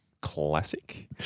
classic